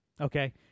Okay